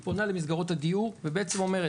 היא פונה למסגרות הדיור ובעצם אומרת,